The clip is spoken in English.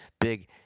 big